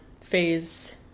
phase